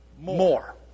more